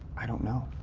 i don't know.